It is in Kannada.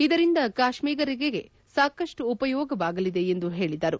ಇದರಿಂದ ಕಾಶ್ಮೀರಿಗರಿಗೆ ಸಾಕಷ್ಟು ಉಪಯೋಗವಾಗಲಿದೆ ಎಂದು ಹೇಳಿದರು